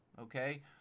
okay